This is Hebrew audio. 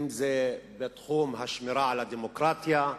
אם בתחום השמירה על הדמוקרטיה,